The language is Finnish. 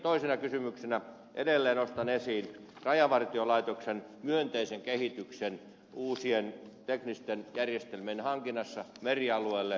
toisena kysymyksenä edelleen nostan esiin rajavartiolaitoksen myönteisen kehityksen uusien teknisten järjestelmien hankinnassa merialueille